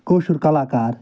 کٲشُر کَلاکار